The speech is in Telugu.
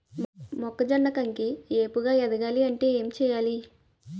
మొక్కజొన్న కంకి ఏపుగ ఎదగాలి అంటే ఏంటి చేయాలి?